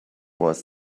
was